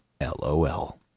LOL